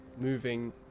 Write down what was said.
moving